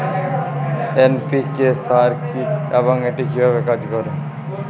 NPK সার কি এবং এটি কিভাবে কাজ করে?